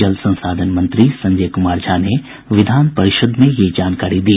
जल संसाधन मंत्री संजय कुमार झा ने विधान परिषद में यह जानकारी दी